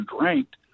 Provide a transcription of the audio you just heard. ranked